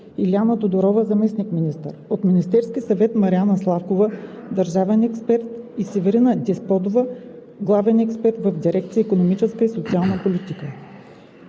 Илияна Тодорова – заместник-министър; от Министерския съвет: Мариана Славкова – държавен експерт, и Северина Десподова – главен експерт в дирекция „Икономическа и социална политика“.